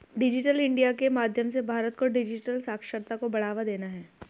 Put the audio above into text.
digital India के माध्यम से भारत को डिजिटल साक्षरता को बढ़ावा देना है